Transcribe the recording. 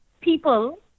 people